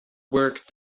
work